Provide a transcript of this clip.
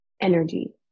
Energy